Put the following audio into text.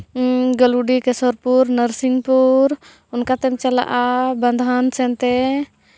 ᱜᱟᱹᱞᱩᱰᱤ ᱠᱮᱥᱚᱨᱯᱩᱨ ᱱᱟᱨᱥᱤᱝᱯᱩᱨ ᱚᱱᱠᱟ ᱛᱮᱢ ᱪᱟᱞᱟᱜᱼᱟ ᱵᱟᱱᱫᱷᱳᱣᱟᱱ ᱥᱮᱫ ᱛᱮ